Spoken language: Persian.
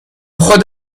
خود